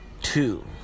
two